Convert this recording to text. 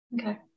Okay